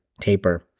taper